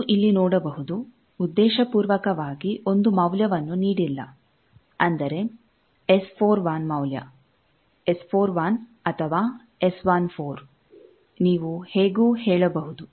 ನೀವು ಇಲ್ಲಿ ನೋಡಬಹುದು ಉದ್ದೇಶಪೂರ್ವಕವಾಗಿ ಒಂದು ಮೌಲ್ಯವನ್ನು ನೀಡಿಲ್ಲ ಅಂದರೆ S41 ಮೌಲ್ಯ S41 ಅಥವಾ S14 ನೀವು ಹೇಗೂ ಹೇಳಬಹುದು